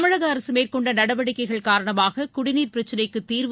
தமிழக அரசு மேற்கொண்ட நடவடிக்கைகள் காரணமாக குடிநீர் பிரச்சினைக்கு தீர்வு